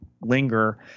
linger